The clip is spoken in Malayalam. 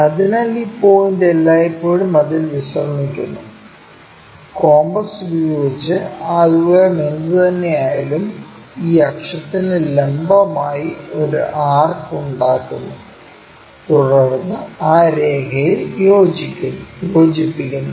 അതിനാൽ ഈ പോയിന്റ് എല്ലായ്പ്പോഴും അതിൽ വിശ്രമിക്കുന്നു കോമ്പസ് ഉപയോഗിച്ച് ആ ദൂരം എന്തുതന്നെയായാലും ഈ അക്ഷത്തിന് ലംബമായി ഒരു ആർക്ക് ഉണ്ടാക്കുന്നു തുടർന്ന് ആ രേഖയിൽ യോജിപ്പിക്കുന്നു